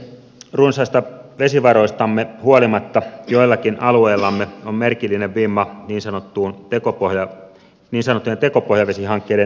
runsaista vesivaroistamme huolimatta joillakin alueillamme on merkillinen vimma niin sanottujen tekopohjavesihankkeiden eteenpäinviemiseen